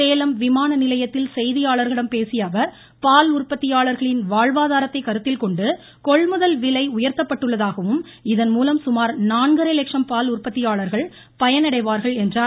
சேலம் விமான நிலையத்தில் பேசியஅவர் பால் உற்பத்தியாளர்களின் வாழ்வாதாரத்தைக் கருத்தில் கொண்டு கொள்முதல் விலை உயர்த்தப்பட்டுள்ளதாகவும் இதன்மூலம் நான்கரை லட்சம் பால் உற்பத்தியாளர்கள் பயனடைவார்கள் என்றார்